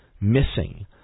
missing